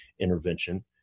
intervention